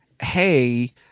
Hey